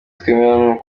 twemera